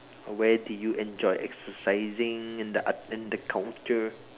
where do you enjoy exercising in the at~ in the counter